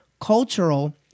cultural